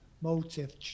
motive